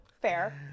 Fair